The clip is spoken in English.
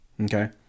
okay